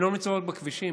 הן לא נמצאות בכבישים,